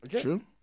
True